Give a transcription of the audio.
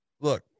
look